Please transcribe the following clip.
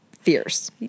fierce